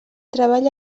treball